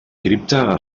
cripta